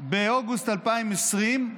באוגוסט 2020,